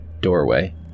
doorway